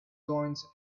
coins